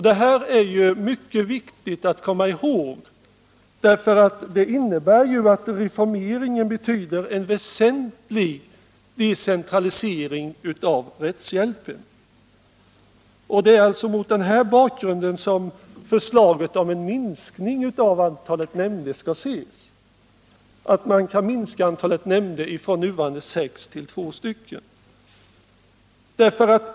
Detta är mycket viktigt att komma ihåg, för det innebär att reformeringen betyder en väsentlig decentralisering av rättshjälpen. Det är mot denna bakgrund förslaget om en minskning av antalet nämnder från nuvarande sex till två skall ses.